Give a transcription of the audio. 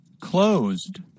closed